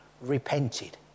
repented